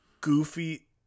goofy